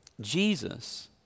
jesus